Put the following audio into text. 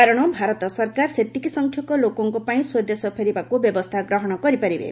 କାରଣ ଭାରତ ସରକାର ସେତିକି ସଂଖ୍ୟକ ଲୋକଙ୍କ ପାଇଁ ସ୍ୱଦେଶ ଫେରିବାକୁ ବ୍ୟବସ୍ଥା ଗ୍ରହଣ କରିପାରିବେ